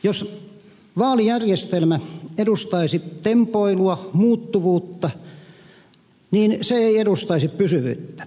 jos vaalijärjestelmä edustaisi tempoilua muuttuvuutta niin se ei edustaisi pysyvyyttä